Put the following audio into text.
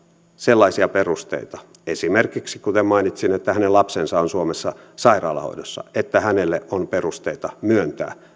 sellaisia perusteita esimerkiksi kuten mainitsin että hänen lapsensa on suomessa sairaalahoidossa että hänelle on perusteita myöntää